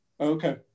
Okay